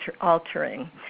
altering